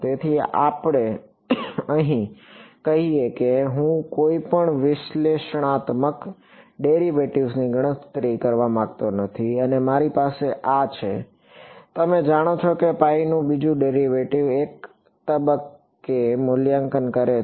તેથી અહીં આપણે કહીએ કે હું કોઈપણ વિશ્લેષણાત્મક ડેરિવેટિવ્ઝની ગણતરી કરવા માંગતો નથી અને મારી પાસે આ છે તમે જાણો છો કે પાઇ નું બીજું ડેરિવેટિવ એક તબક્કે મૂલ્યાંકન કરે છે